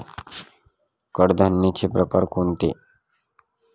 कडधान्याचे प्रकार कोणते?